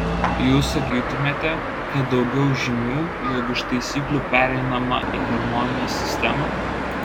jūs sakytumėte kad daugiau žymių jog iš taisyklių pereinama į harmonijos sistemą